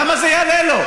למה זה יעלה לו?